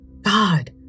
God